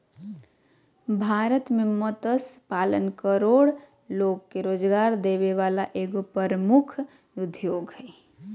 भारत में मत्स्य पालन करोड़ो लोग के रोजगार देबे वला एगो प्रमुख उद्योग हइ